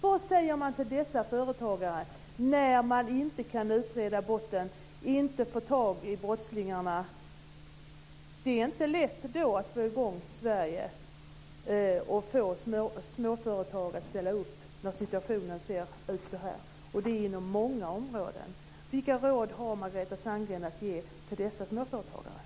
Vad säger ni till dessa företagare när man inte kan utreda brotten, inte få tag i brottslingarna? Det är inte lätt att få i gång Sverige och få småföretagare att ställa upp när situationen ser ut så här, och det inom många områden. Vilka råd har Margareta Sandgren att ge till dessa småföretagare?